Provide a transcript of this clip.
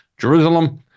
Jerusalem